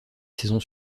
saison